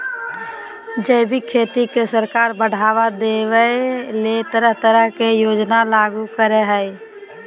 जैविक खेती के सरकार बढ़ाबा देबय ले तरह तरह के योजना लागू करई हई